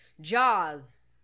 Jaws